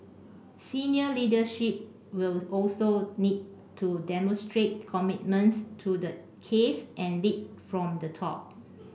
senior leadership will also need to demonstrate commitment to the case and lead from the top